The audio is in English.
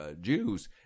Jews